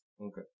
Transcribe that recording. Okay